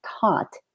taught